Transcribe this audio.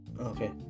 Okay